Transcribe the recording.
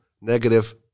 negative